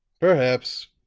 perhaps,